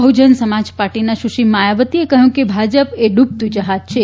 બહુજન સમાજ પાર્ટીના સુશ્રી માયાવતીએ કહ્યું કે ભાજપ એ ડૂબતું જહાજ છે